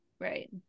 Right